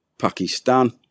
pakistan